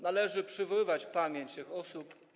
Należy przywoływać pamięć tych osób.